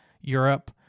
Europe